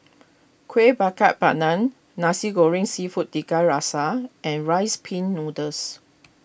Kueh Bakar Pandan Nasi Goreng Seafood Tiga Rasa and Rice Pin Noodles